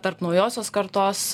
tarp naujosios kartos